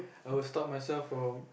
I would stop myself from